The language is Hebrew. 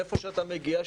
מאיפה שאתה מגיע,